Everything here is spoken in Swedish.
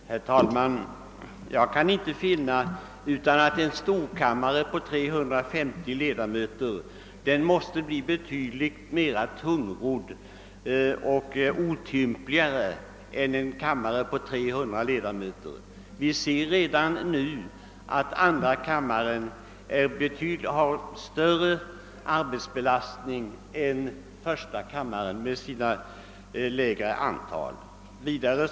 Herr talman! Jag kan icke finna annat än att en storkammare med 350 ledamöter måste bli betydligt mera tungrodd, mycket mera otymplig, än en kammare med 300 ledamöter. Vi kan ju nu konstatera, hurusom andra kammaren har större arbetsbelastning än första kammaren med dess lägre antal ledamöter.